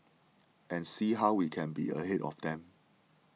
and see how we can be ahead of them